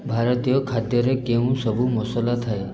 ଭାରତୀୟ ଖାଦ୍ୟରେ କେଉଁ ସବୁ ମସଲା ଥାଏ